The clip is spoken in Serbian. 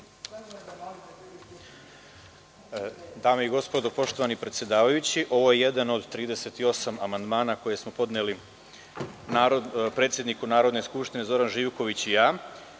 Dame i gospodo, poštovani predsedavajući, ovo je jedan od 38 amandmana koje smo podneli predsedniku Narodne skupštine Zoran Živković i ja.U